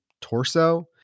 torso